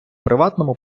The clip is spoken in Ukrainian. приватному